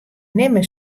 nimme